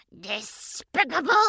Despicable